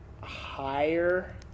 higher